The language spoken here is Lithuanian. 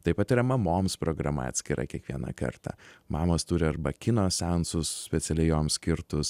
taip pat yra mamoms programa atskira kiekvieną kartą mamos turi arba kino seansus specialiai joms skirtus